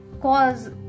cause